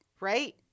Right